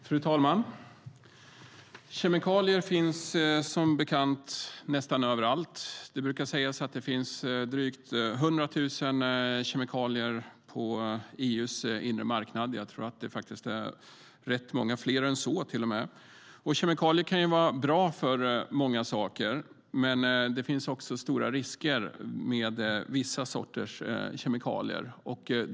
Fru talman! Kemikalier finns som bekant nästan överallt. Det brukar sägas att det finns drygt hundra tusen kemikalier på EU:s inre marknad. Jag tror faktiskt att det till och med är rätt många fler än så. Kemikalier kan vara bra för många saker, men det finns också stora risker med vissa sorters kemikalier.